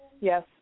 Yes